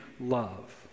love